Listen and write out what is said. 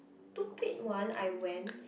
one I went